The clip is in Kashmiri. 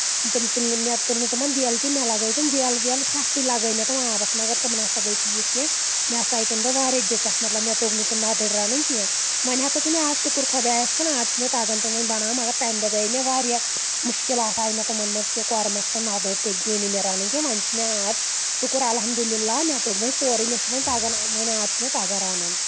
تِم تُل نہٕ مےٚ مےٚ تُل نہٕ تِمن دٮ۪ل کِہیٖنۍ مےٚ لگٲے تِم دٮ۪ل وٮ۪ل ہیٚتھٕے لگٲے مےٚ تٔمۍ آبَس مگر تِم نسا گٔے ٹھیٖک کینٛہہ مےٚ ہسا آیہِ تَمہِ دۄہ واریاہ دِکت مطلب مےٚ توٚگ نہٕ تِم ندٕرۍ رَنٕنۍ کینٛہہ وۄنۍ ہسا چھُ مےٚ آز شُکُر خۄدایَس کُن آز چھِ مےٚ تَگان تٔمۍ وۄنۍ بَنٲوٕنۍ مگر تَمہِ دۄہ گٔے مےٚ واریاہ مُشکِلات آیہِ مےٚ تِمَن منٛز کہِ قۄرمَس تہٕ نَدٕرُۍ تہِ جے مےٚ رَنٕنۍ کینٛہہ وۄنۍ چھِ مےٚ آز شُکُر الحمدُاللہ مےٚ توٚگ وۄنۍ سورُے مےٚ چھُ وۄنۍ تگان وۄنۍ آز چھُ مےٚ تَگان رَنُن